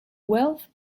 wealth